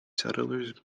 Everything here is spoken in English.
settlers